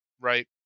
right